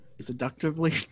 Seductively